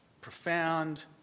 profound